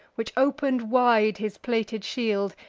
which open'd wide his plated shield,